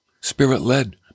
Spirit-led